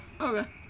Okay